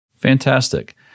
Fantastic